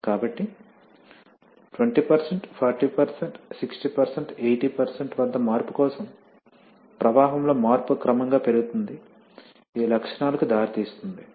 కాబట్టి 20 40 60 80 వద్ద మార్పు కోసం ప్రవాహం లో మార్పు క్రమంగా పెరుగుతుంది ఈ లక్షణాలకు దారితీస్తుంది